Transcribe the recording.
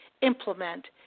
implement